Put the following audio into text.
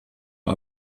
mal